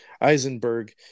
Eisenberg